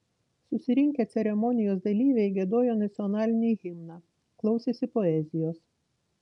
susirinkę ceremonijos dalyviai giedojo nacionalinį himną klausėsi poezijos